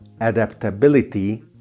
adaptability